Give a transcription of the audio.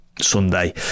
Sunday